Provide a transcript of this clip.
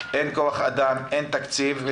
אין כוח אדם ואין תקציב.